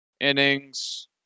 innings